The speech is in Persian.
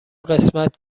قسمت